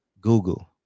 Google